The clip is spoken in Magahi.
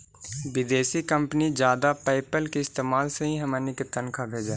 विदेशी कंपनी जादा पयेपल के इस्तेमाल से ही हमनी के तनख्वा भेजऽ हइ